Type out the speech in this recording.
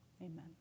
Amen